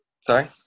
sorry